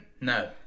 No